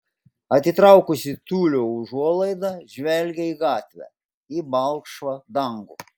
atitraukusi tiulio užuolaidą žvelgia į gatvę į balkšvą dangų